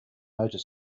motor